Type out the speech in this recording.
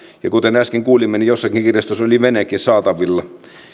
ja kuten äsken kuulimme jossakin kirjastossa oli venekin saatavilla